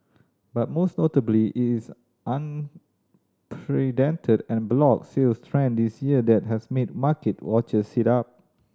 but most notably it is unprecedented en bloc sales trend this year that has made market watchers sit up